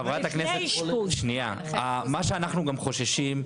מה שאנחנו חוששים,